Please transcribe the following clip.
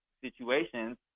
situations